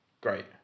great